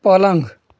पलंग